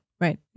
Right